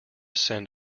send